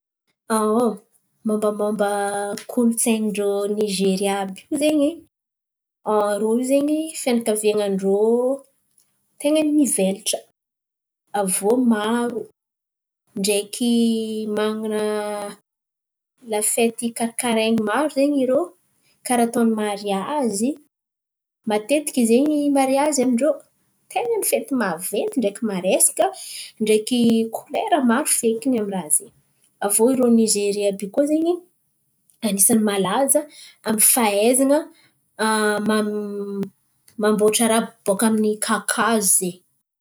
Momba momba kolontsain̈y ndrô Nizeria àby io zen̈y irô io zen̈y fianakaviandrô, ten̈a ny mivelatra. Avô maro ndreky manan̈a lafety karikarainy maro zen̈y irô karà atôny mariazy. Matetiky zen̈y mariazy amindrô ten̈a ny fety maventy ndreky maresaka, ndreky kolera maro feky aminy raha zen̈y. Avô irô Nizeria àby koa zen̈y anisany malaza aminy fahaizana manamboatra raha bôka amin’ny kakazo izen̈y.